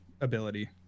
ability